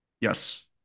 Yes